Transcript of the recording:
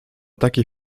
takiej